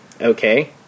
Okay